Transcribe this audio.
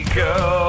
go